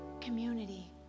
community